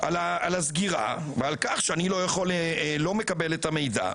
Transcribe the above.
על הסגירה, ועל כך שאני לא מקבל את המידע.